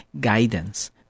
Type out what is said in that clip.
guidance